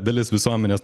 dalis visuomenės